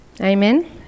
Amen